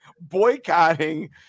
boycotting